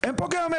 אין פה גיאומטריה.